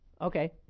Okay